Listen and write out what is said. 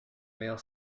male